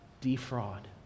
defraud